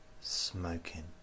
smoking